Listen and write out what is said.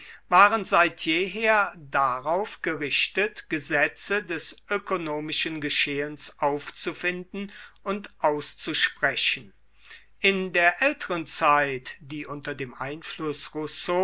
waren seit jeher darauf gerichtet gesetze des ökonomischen geschehens aufzufinden und auszusprechen in der älteren zeit die unter dem einfluß